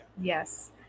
yes